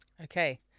Okay